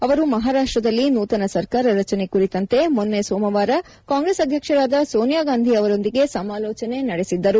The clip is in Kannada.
ಅವರು ಮಹಾರಾಷ್ಟ್ದಲ್ಲಿ ನೂತನ ಸರ್ಕಾರ ರಚನೆ ಕುರಿತಂತೆ ಮೊನ್ನೆ ಸೋಮವಾರ ಕಾಂಗ್ರೆಸ್ ಅಧ್ಯಕ್ಷರಾದ ಸೋನಿಯಾ ಗಾಂಧಿ ಅವರೊಂದಿಗೆ ಸಮಾಲೋಚನೆ ನಡೆಸಿದ್ದರು